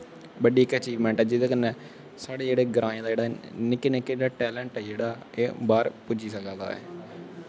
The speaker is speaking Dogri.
बड्डी अचिबमैंट ऐ जेह्दै कन्नै साढ़े जेह्ड़े ग्राएं दा जेह्ड़ा निक्कें निक्कें दा टैलैंट ऐ जेह्ड़ा एह् बाह्र पुज्जी सकदा ऐ